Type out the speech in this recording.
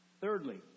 Thirdly